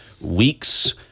weeks